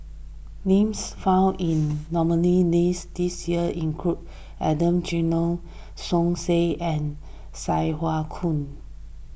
names found in the nominees' list this year include Adan Jimenez Som Said and Sai Hua Kuan